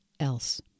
else